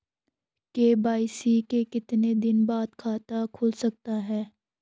KYC के कितने दिन बाद खाता खुल सकता है?